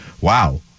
wow